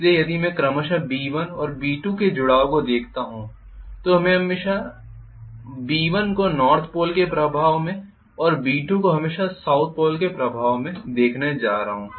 इसलिए यदि मैं क्रमशः B1 और B2 के जुड़ाव को देखता हूं तो मैं हमेशा B1 को नॉर्थ पोल के प्रभाव में और B2 को हमेशा साउथ पोल के प्रभाव में देखने जा रहा हूं